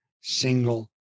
single